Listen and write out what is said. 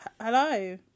hello